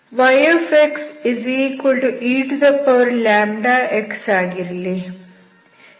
yxex ಆಗಿರಲಿ